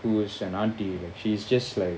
who was an auntie she's just like